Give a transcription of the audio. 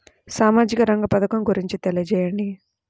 సామాజిక రంగ పథకం గురించి తెలియచేయండి?